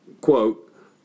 quote